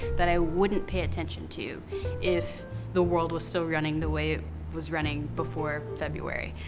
that i wouldn't pay attention to if the world was still running the way it was running before february.